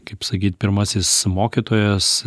kaip sakyt pirmasis mokytojas